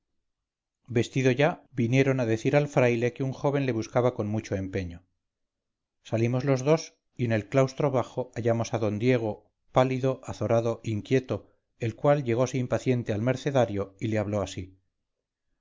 vestido ya vinieron a decir al fraile que un joven le buscaba con mucho empeño salimos los dos y en el claustro bajo hallamos a d diego pálido azorado inquieto el cual llegose impaciente al mercenario y le habló así